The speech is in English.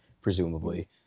presumably